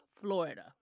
Florida